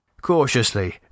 Cautiously